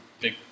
big